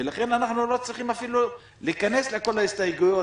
לכן אנחנו לא צריכים אפילו להיכנס לכל ההסתייגויות,